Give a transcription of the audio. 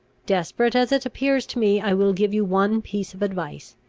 desperate as it appears to me, i will give you one piece of advice,